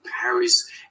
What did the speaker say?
paris